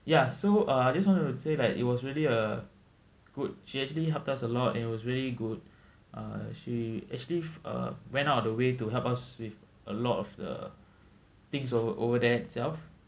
ya so uh I just wanted to say like it was really a good she actually helped us a lot and it was really good uh she actually f~ uh went out of the way to help us with a lot of the things o~ over there itself